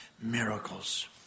miracles